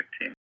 team